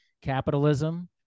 capitalism